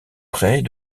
près